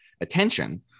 attention